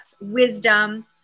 wisdom